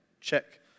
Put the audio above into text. Check